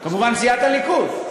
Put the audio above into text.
כמובן, סיעת הליכוד.